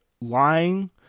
lying